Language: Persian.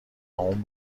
اون